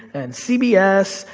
and cbs,